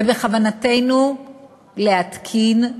ובכוונתנו להתקין,